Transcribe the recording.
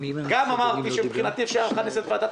גם אמרתי שמבחינתי אפשר לכנס את ועדת